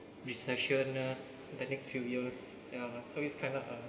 recession uh the next few years yeah so it's kind of a